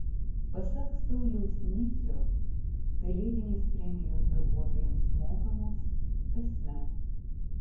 pasak sauliaus nicio kalėdinės premijos darbuotojams mokamos kasmet